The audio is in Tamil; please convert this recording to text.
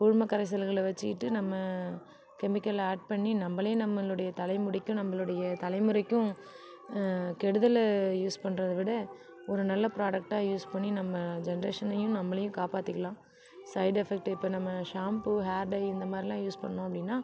குழும கரைசல்களை வச்சுக்கிட்டு நம்ம கெமிக்கலை ஆட் பண்ணி நம்பளே நம்பளுடைய தலை முடிக்கும் நம்பளுடைய தலைமுறைக்கும் கெடுதலை யூஸ் பண்றதை விட ஒரு நல்ல ப்ராடக்டாக யூஸ் பண்ணி நம்ம ஜெனரேஷனையும் நம்மளையும் காப்பாற்றிக்கலாம் ஸைட்எஃபக்ட் இப்போ நம்ம ஷாம்பு ஹேர் டை இந்தமாதிரிலாம் யூஸ் பண்ணிணோம் அப்படின்னா